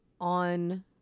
On